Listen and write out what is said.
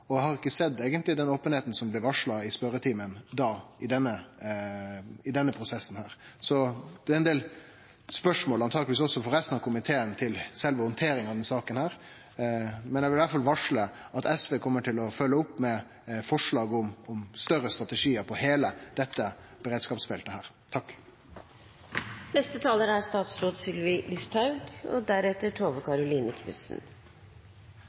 har eigentleg ikkje sett openheita som blei varsla i spørjetimen, i denne prosessen. Så det er ein del spørsmål, truleg også frå resten av komiteen, til sjølve handteringa av denne saka. Eg vil derfor varsle at SV kjem til å følgje opp med forslag om større strategiar for heile dette beredskapsfeltet. Veterinærinstituttet har i dag sitt hovedkontor i Oslo og